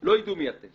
לא יידעו מי אתן